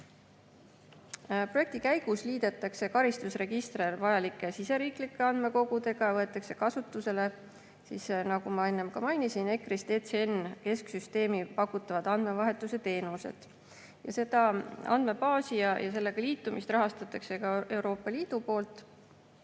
Projekti käigus liidetakse karistusregister siseriiklike andmekogudega ja võetakse kasutusele, nagu ma enne mainisin, ECRIS‑TCN‑i kesksüsteemi pakutavad andmevahetuse teenused. Seda andmebaasi ja sellega liitumist rahastatakse ka Euroopa Liidu poolt.